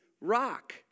rock